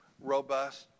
Robust